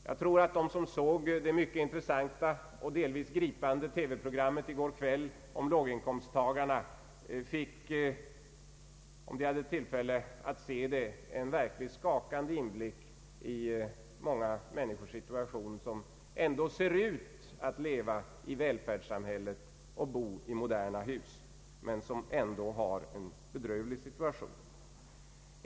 Jag tror att de som hade tillfälle att se det mycket intressanta och delvis mycket gripande TV-programmet i går kväll om låginkomsttagarna fick en verkligt skakande inblick i den situation många människor lever i, människor som ändå ser ut att leva i välfärdssamhället, som bor i moderna hus, men som ändå har en bedrövlig situation.